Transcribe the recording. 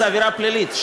זו עבירה פלילית,